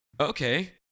okay